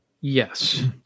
Yes